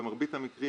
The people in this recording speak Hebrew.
במרבית המקרים